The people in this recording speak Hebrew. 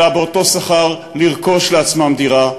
אלא באותו שכר לרכוש לעצמם דירה,